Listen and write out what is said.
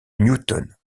newton